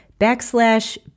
backslash